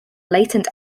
blatant